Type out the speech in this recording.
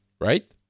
right